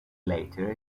later